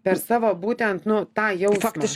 per savo būtent nu tą jausmą